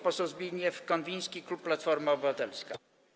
Poseł Zbigniew Konwiński, klub Platforma Obywatelska.